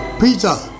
Peter